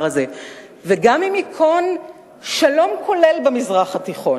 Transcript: וגם אם ייכון שלום כולל במזרח התיכון,